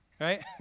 right